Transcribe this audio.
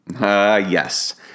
Yes